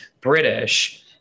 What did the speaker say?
British